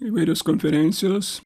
įvairios konferencijos